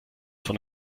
von